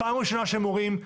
פעם ראשונה שהם הורים,